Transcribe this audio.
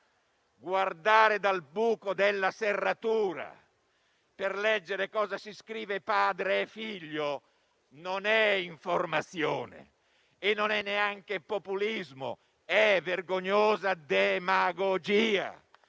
Guardare dal buco della serratura per leggere cosa si scrivono padre e figlio non è informazione e non è neanche populismo: è vergognosa demagogia